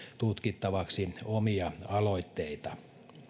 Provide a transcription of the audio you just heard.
tutkittavaksi omia aloitteita